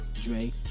Dre